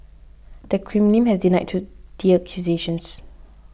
the Kremlin has denied to the accusations